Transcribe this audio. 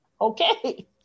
Okay